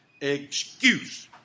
excuse